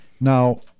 now